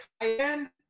cayenne